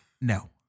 No